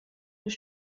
nus